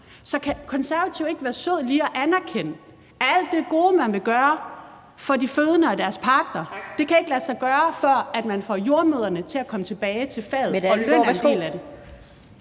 Så kan Konservative ikke være søde og lige anerkende, at alt det gode, man vil gøre for de fødende og deres partnere, ikke kan lade sig gøre, før man får jordemødrene til at komme tilbage til faget, og at lønnen er en del af det?